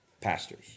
pastors